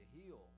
heal